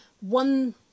One